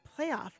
playoff